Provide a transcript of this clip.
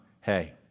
hey